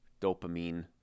dopamine